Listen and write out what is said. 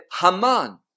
Haman